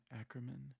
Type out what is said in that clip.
Ackerman